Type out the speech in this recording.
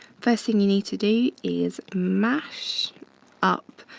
first thing you need to do is mash up.